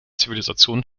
zivilisation